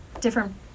different